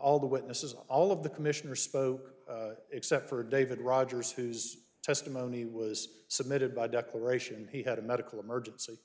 all the witnesses all of the commissioner spoke except for david rogers whose testimony was submitted by declaration he had a medical emergency